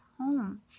home